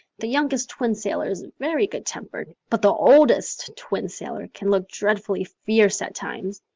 the youngest twin sailor is very good-tempered but the oldest twin sailor can look dreadfully fierce at times.